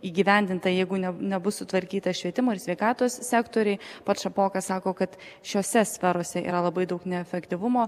įgyvendinta jeigu ne nebus sutvarkyta švietimo ir sveikatos sektoriai pats šapoka sako kad šiose sferose yra labai daug neefektyvumo